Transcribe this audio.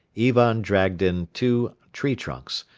ivan dragged in two tree trunks,